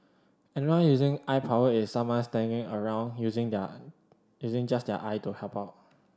anyone using eye power is someone standing around using their using just their eye to help out